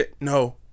No